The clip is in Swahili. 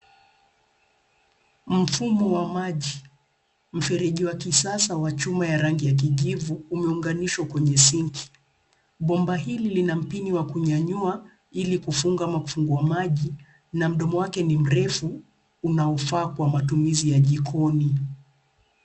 Mfumo wa maji. Mfereji wa kisasa wa chuma ya rangi ya kijivu umeunganishwa kwenye sinki. Bomba hili lina mpini wa kunyanyua ili kufunga ama kufungua maji na mdomo wake ni mrefu unaofaa kwa matumizi ya jikoni.